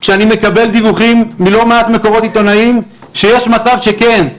אני מקבל דיווחים מלא מעט מקורות עיתונאים שיש מצב שכן,